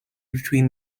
between